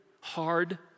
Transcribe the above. hard